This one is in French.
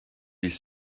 des